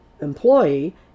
employee